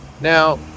Now